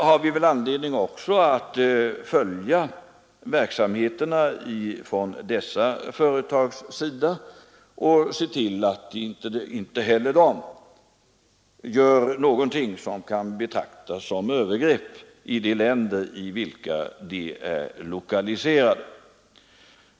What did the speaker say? Och även sådana företags verksamheter har vi anledning att följa och se till att inte heller de gör något som kan betraktas som övergrepp i de länder där de är lokaliserade.